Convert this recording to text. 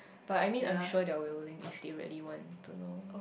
but I mean I'm sure they are willing if they really want to know